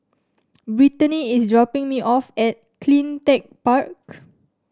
Britany is dropping me off at Cleantech Park